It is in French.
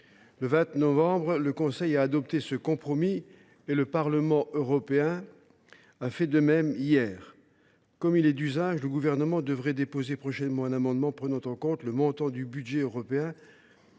Le 20 novembre, le Conseil a adopté ce compromis et le Parlement européen a fait de même hier. Comme il est d’usage, le Gouvernement devrait déposer prochainement un amendement prenant en compte le montant du budget européen